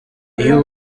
iyo